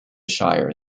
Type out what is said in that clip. shire